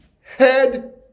Head